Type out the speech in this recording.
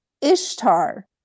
Ishtar